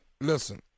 listen